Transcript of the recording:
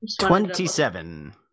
Twenty-seven